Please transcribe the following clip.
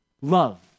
love